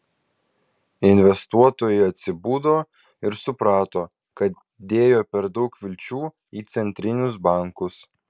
investuotojai atsibudo ir suprato kad dėjo per daug vilčių į centrinius bankus